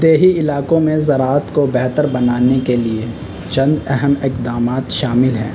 دیہی علاکوں میں زراعت کو بہتر بنانے کے لیے چند اہم اقدامات شامل ہیں